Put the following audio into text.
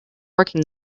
working